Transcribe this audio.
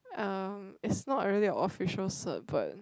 um it's not really a official cert but